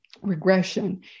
Regression